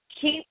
keep